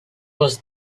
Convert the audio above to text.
was